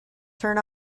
turn